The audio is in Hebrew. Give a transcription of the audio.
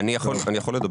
אני יכול לדבר?